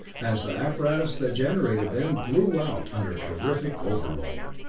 as the apparatus that generated them blew out under terrific overload.